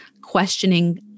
questioning